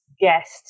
guest